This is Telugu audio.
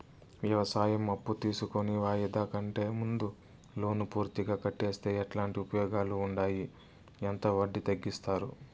వ్యవసాయం అప్పు తీసుకొని వాయిదా కంటే ముందే లోను పూర్తిగా కట్టేస్తే ఎట్లాంటి ఉపయోగాలు ఉండాయి? ఎంత వడ్డీ తగ్గిస్తారు?